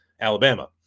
Alabama